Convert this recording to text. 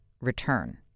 return